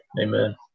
Amen